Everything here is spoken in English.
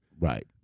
Right